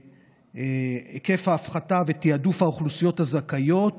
היקף ההפחתה ותיעדוף האוכלוסיות הזכאיות